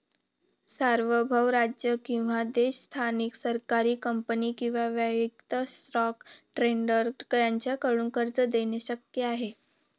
सार्वभौम राज्य किंवा देश स्थानिक सरकारी कंपनी किंवा वैयक्तिक स्टॉक ट्रेडर यांच्याकडून कर्ज देणे शक्य आहे